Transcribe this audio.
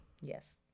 Yes